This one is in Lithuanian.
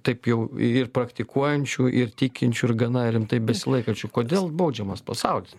taip jau ir praktikuojančių ir tikinčių ir gana rimtai besilaikančių kodėl baudžiamas pasaulis